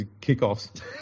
kickoffs